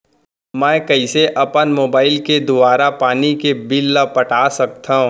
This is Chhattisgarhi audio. मैं कइसे अपन मोबाइल के दुवारा पानी के बिल ल पटा सकथव?